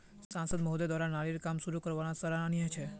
सांसद महोदय द्वारा नालीर काम शुरू करवाना सराहनीय छ